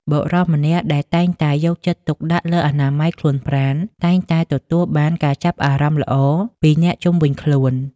បុរសម្នាក់ដែលតែងតែយកចិត្តទុកដាក់លើអនាម័យខ្លួនប្រាណ តែងតែទទួលបានការចាប់អារម្មណ៍ល្អពីអ្នកជុំវិញខ្លួន។